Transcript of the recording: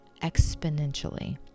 exponentially